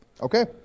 Okay